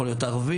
יכול להיות ערבי,